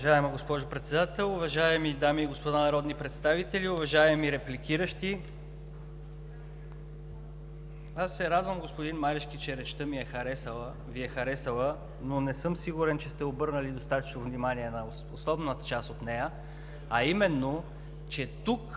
Уважаема госпожо Председател, уважаеми дами и господа народни представители, уважаеми репликиращи! Господин Марешки, радвам се, че речта ми Ви е харесала, но не съм сигурен, че сте обърнали достатъчно внимание на основната част от нея, а именно, че тук